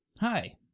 Hi